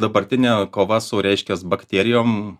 dabartinė kova su reiškias bakterijom